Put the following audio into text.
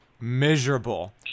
miserable